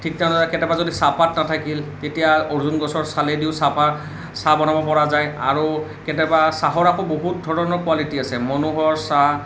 ঠিক তেনেদৰে কেতিয়াবা যদি চাহপাত নাথাকিল তেতিয়া অৰ্জুন গছৰ চালেদিও চাহপা চাহ বনাব পৰা যায় আৰু কেতিয়াবা চাহৰ আকৌ বহুত ধৰণৰ কোৱালিটি আছে মনোহৰ চাহ